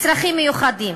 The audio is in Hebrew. צרכים מיוחדים.